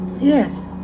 Yes